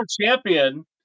champion